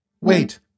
Wait